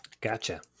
Gotcha